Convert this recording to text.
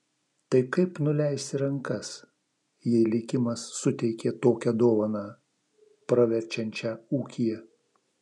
tai kaip nuleisi rankas jei likimas suteikė tokią dovaną praverčiančią ūkyje